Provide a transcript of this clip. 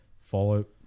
Fallout